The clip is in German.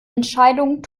entscheidung